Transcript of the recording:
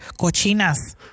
cochinas